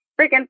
freaking